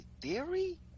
theory